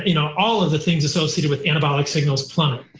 you know all of the things associated with anabolic signals plummet.